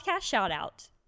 shout-out